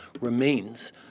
remains